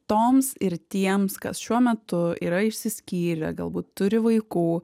toms ir tiems kas šiuo metu yra išsiskyrę galbūt turi vaikų